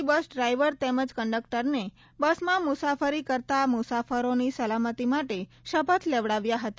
ના bus driver તેમજ કંન્ડક્ટરને બસમાં મુસાફરી કરતા મુસાફરોની સલામતી માટે શપથ લેવડાવ્યા હતા